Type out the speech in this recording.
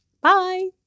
Bye